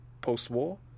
post-war